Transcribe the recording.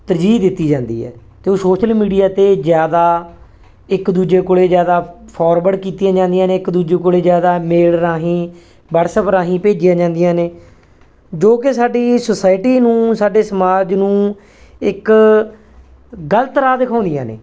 ਤਰਜੀਹ ਦਿੱਤੀ ਜਾਂਦੀ ਹੈ ਅਤੇ ਉਹ ਸ਼ੋਸ਼ਲ ਮੀਡੀਆ 'ਤੇ ਜ਼ਿਆਦਾ ਇੱਕ ਦੂਜੇ ਕੋਲ ਜ਼ਿਆਦਾ ਫੋਰਵਰਡ ਕੀਤੀਆਂ ਜਾਂਦੀਆਂ ਨੇ ਇੱਕ ਦੂਜੇ ਕੋਲ ਜ਼ਿਆਦਾ ਮੇਲ ਰਾਹੀਂ ਵਟਸਐਪ ਰਾਹੀਂ ਭੇਜੀਆਂ ਜਾਂਦੀਆਂ ਨੇ ਜੋ ਕਿ ਸਾਡੀ ਸੋਸਾਇਟੀ ਨੂੰ ਸਾਡੇ ਸਮਾਜ ਨੂੰ ਇੱਕ ਗਲਤ ਰਾਹ ਦਿਖਾਉਂਦੀਆਂ ਨੇ